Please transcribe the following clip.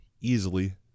easily